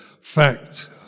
fact